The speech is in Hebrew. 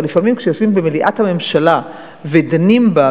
הרי לפעמים כשיושבים במליאת הממשלה ודנים בה